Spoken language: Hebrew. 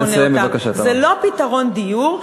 זה לא פתרון דיור,